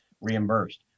reimbursed